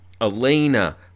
Elena